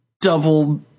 double